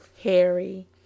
Harry